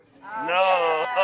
No